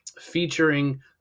featuring